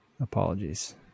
Apologies